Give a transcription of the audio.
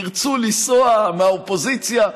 ירצו לנסוע מהאופוזיציה,